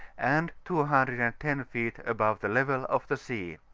and two hundred and ten feet above the level of the sea.